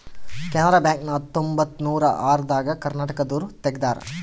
Canara bank ನ ಹತ್ತೊಂಬತ್ತನೂರ ಆರ ದಾಗ ಕರ್ನಾಟಕ ದೂರು ತೆಗ್ದಾರ